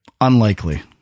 Unlikely